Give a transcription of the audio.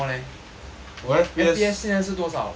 F_P_S 现在是多少